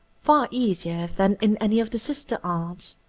far easier than in any of the sister arts.